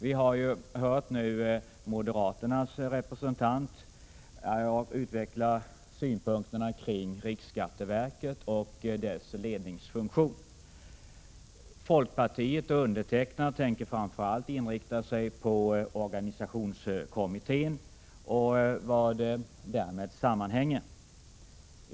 Vi har nu hört moderaternas representant utveckla synpunkterna kring riksskatteverket och dess ledningsfunktion. Jag tänker som representant för folkpartiet framför allt inrikta mig på organisationskommittén och vad därmed sammanhänger.